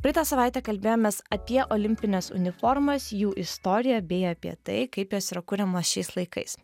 praeitą savaitę kalbėjomės apie olimpines uniformas jų istoriją bei apie tai kaip jos yra kuriamos šiais laikais